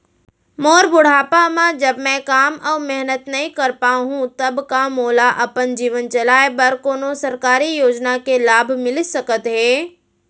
मोर बुढ़ापा मा जब मैं काम अऊ मेहनत नई कर पाहू तब का मोला अपन जीवन चलाए बर कोनो सरकारी योजना के लाभ मिलिस सकत हे?